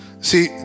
See